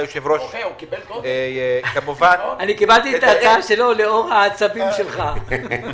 אני קיבלתי את ההצעה שלו לאור העצבים שלך.